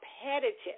competitive